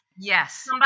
Yes